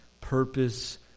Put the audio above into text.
purpose